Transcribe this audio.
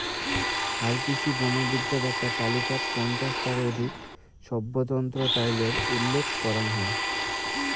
হালকৃষি বনবিদ্যাত এ্যাকটা তালিকাত পঞ্চাশ টার অধিক স্বতন্ত্র চইলের উল্লেখ করাং হই